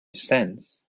cents